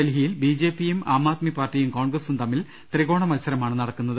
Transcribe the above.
ഡൽഹിയിൽ ബിജെപിയും ആം ആദ്മി പാർട്ടിയും കോൺഗ്രസും തമ്മിൽ ത്രികോണമത്സരമാണ് നടക്കുന്നത്